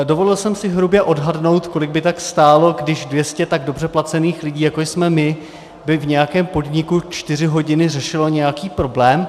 Dovolil jsem si hrubě odhadnout, kolik by tak stálo, kdyby dvě stě tak dobře placených lidí, jako jsme my, v nějakém podniku čtyři hodiny řešilo nějaký problém.